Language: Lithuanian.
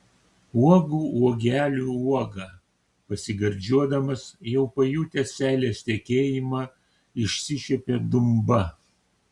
uogų uogelių uoga pasigardžiuodamas jau pajutęs seilės tekėjimą išsišiepė dumba